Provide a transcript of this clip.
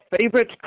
favorite